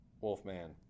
wolfman